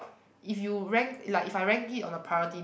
if you rank like if I rank it on a priority